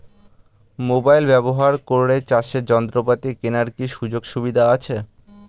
Mobile ব্যবহার করে চাষের যন্ত্রপাতি কেনার কি সুযোগ সুবিধা আছে?